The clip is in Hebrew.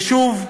ושוב,